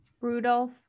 rudolph